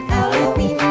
Halloween